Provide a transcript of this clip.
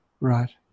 right